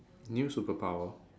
new superpower